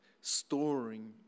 storing